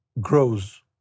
grows